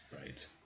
Right